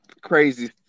crazy